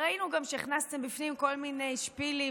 ראינו גם שהכנסתם כל מיני שפילים,